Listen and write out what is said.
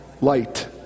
light